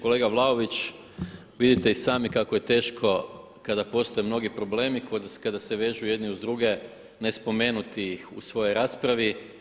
Kolega Vlaović, vidite i sami kako je teško kada postoje mnogi problemi kada se vežu jedni uz druge, ne spomenuti ih u svojoj raspravi.